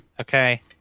Okay